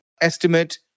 estimate